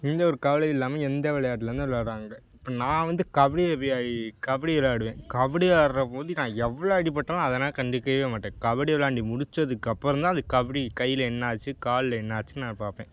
எந்த ஒரு கவலையும் இல்லாமல் எந்த விளையாட்லேர்ந்தும் விளாட்றாங்க இப்போ நான் வந்து கபடி வியை கபடி விளாடுவேன் கபடியாடுறபோது நான் எவ்வளோ அடிப்பட்டாலும் அதை நான் கண்டுக்க மாட்டேன் கபடி விளாண்டி முடிச்சதுக்கப்புறம் தான் அது கபடி கையில என்னாச்சு கால்ல என்னாச்சுன்னு நான் பார்ப்பேன்